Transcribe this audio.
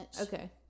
Okay